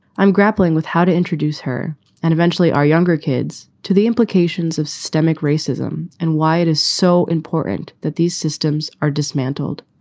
i'm grappling with how to introduce her and eventually our younger kids to the implications of systemic racism and why it is so important that these systems are dismantled.